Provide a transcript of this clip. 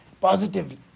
Positively